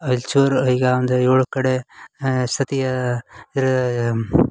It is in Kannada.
ಅಲ್ಲಿ ಚೂರು ಈಗ ಒಂದು ಏಳು ಕಡೆ ಸತಿಯ